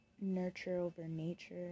nurture-over-nature